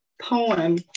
poem